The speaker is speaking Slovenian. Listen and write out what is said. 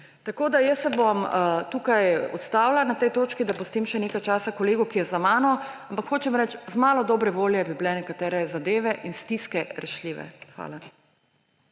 Tukaj se bom ustavila na tej točki, da pustim še nekaj časa kolegu, ki je za mano. Ampak hočem reči, z malo dobre volje bi bile nekatere zadeve in stiske rešljive. Hvala.